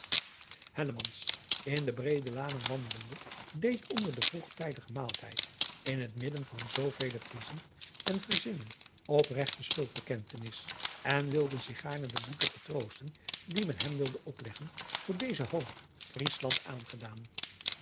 in de breede lanen wandelende deed onder den vroegtijdigen maaltijd in het midden van zoovele riezen en riezinnen opregte schuldbekentenis en wilde zich gaarne de boete getroosten die men hem wilde opleggen voor dezen hoon riesland aangedan